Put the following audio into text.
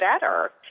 better